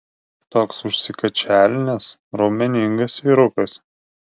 toks užsikačialinęs raumeningas vyrukas